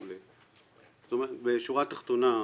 בשורה התחתונה,